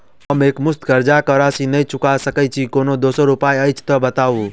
हम एकमुस्त कर्जा कऽ राशि नहि चुका सकय छी, कोनो दोसर उपाय अछि तऽ बताबु?